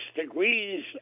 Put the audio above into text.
degrees